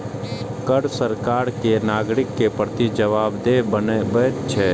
कर सरकार कें नागरिक के प्रति जवाबदेह बनबैत छै